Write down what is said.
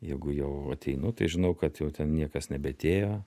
jeigu jau ateinu tai žinau kad jau ten niekas nebeatėjo